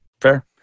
Fair